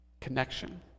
Connection